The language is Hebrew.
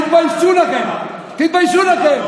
בושה וחרפה.